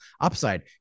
upside